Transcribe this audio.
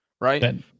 right